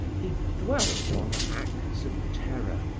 he dwelt on acts of terror,